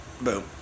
Boom